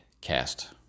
Cast